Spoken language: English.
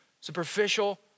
Superficial